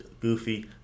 goofy